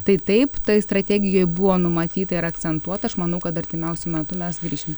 tai taip tai strategijoj buvo numatyta ir akcentuota aš manau kad artimiausiu metu mes grįšim